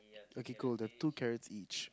okay cool there are two carrots each